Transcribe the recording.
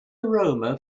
aroma